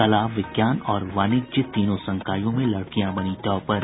कला विज्ञान और वाणिज्य तीनों संकायों में लड़कियां बनी टॉपर